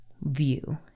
view